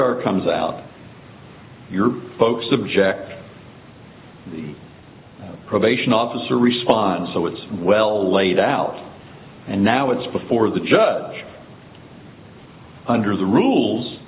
s r comes out your folks subject the probation officer response so it's well laid out and now it's before the judge under the rules